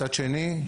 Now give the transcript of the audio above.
מצד שני,